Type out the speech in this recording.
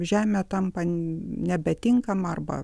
žemė tampa nebetinkama arba